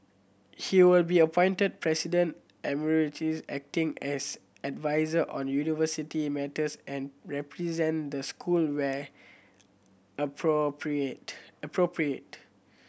he will be appointed President Emeritus acting as adviser on university matters and represent the school where appropriate appropriate